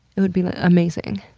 it would be amazing.